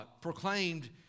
proclaimed